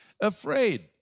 afraid